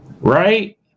Right